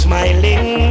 Smiling